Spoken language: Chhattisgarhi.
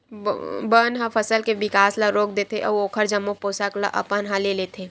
बन ह फसल के बिकास ल रोक देथे अउ ओखर जम्मो पोसक ल अपन ह ले लेथे